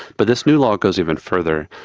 but this new law goes even further.